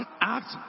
act